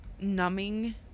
numbing